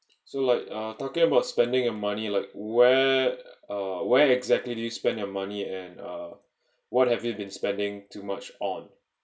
so like uh talking about spending and money like where uh where exactly do you spend your money and uh what have you been spending too much on